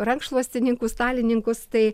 rankšluostininkus stalininkus tai